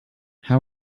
how